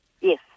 Yes